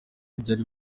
bari